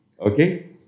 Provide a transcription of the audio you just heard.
okay